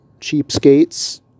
Cheapskates